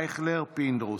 ישראל אייכלר ויצחק פינדרוס,